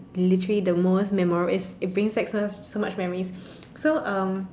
literally the most memorable is it brings back so much so much memories so um